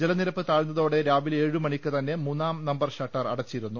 ജലനിരപ്പ് താഴ്ന്നതോടെ രാവിലെ ഏഴുമണിക്ക് തന്നെ മൂന്നാം നമ്പർ ഷട്ടർ അടച്ചിരുന്നു